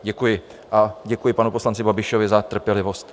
Děkuji a děkuji panu poslanci Babišovi za trpělivost.